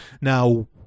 Now